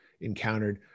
encountered